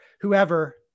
whoever